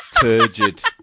Turgid